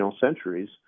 centuries